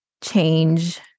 change